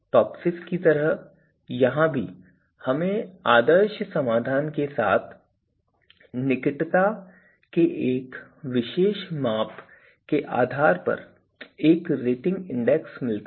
TOPSIS की तरह यहाँ भी हमें आदर्श समाधान के साथ निकटता के एक विशेष माप के आधार पर एक रेटिंग इंडेक्स मिलता है